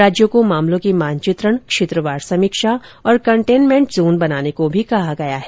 राज्यों को मामलों के मानचित्रण क्षेत्रवार समीक्षा और कंटेनमेंट जोन बनाने को भी कहा गया है